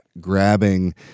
grabbing